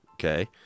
Okay